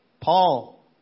Paul